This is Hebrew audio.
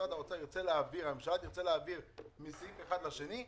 כשהממשלה תרצה להעביר מסעיף אחד לשני,